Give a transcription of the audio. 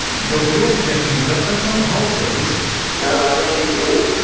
but what you're suggesting is that that's not the whole story, is it. no, i don't think it is.